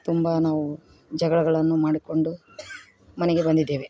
ತುಂಬ ನಾವು ಜಗಳಗಳನ್ನು ಮಾಡಿಕೊಂಡು ಮನೆಗೆ ಬಂದಿದ್ದೇವೆ